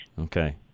Okay